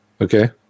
okay